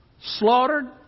slaughtered